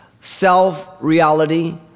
self-reality